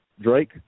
Drake